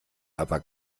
aber